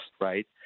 right